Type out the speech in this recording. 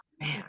man